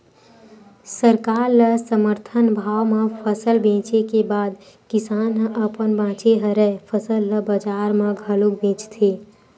सरकार ल समरथन भाव म फसल बेचे के बाद किसान ह अपन बाचे हरय फसल ल बजार म घलोक बेचथे